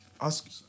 ask